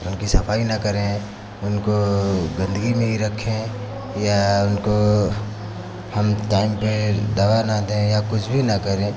उनकी सफाई ना करें उनको गन्दगी में ही रखें या उनको हम ताइम पे दबा ना दें या कुछ भी ना करें